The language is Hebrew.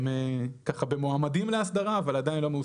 הם מועמדים לאסדרה אבל עדיין לא.